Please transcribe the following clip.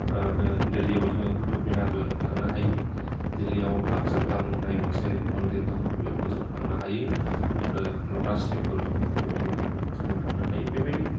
जोङो दिल्लीयाव जोङो कुटाब मिनारबो थांनो हायो दिल्लीयाव आखसारधाम होननाय मोनसे मन्दिर दङ बेयावबो जोङो थांनो हायो आरो लटास टेमफोल दङ बेवबो जोङो थांनो हायो बेबायदि